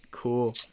Cool